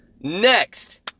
Next